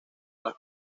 las